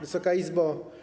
Wysoka Izbo!